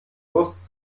wurst